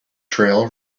trail